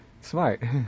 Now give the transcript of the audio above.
smart